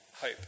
hope